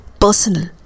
personal